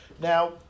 Now